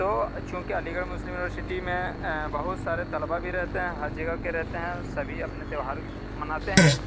تو چونکہ علی گڑھ مسلم یونیورسٹی میں بہت سارے طلباء بھی رہتے ہیں ہر جگہ کے رہتے ہیں اور سبھی اپنے تہوار مناتے ہیں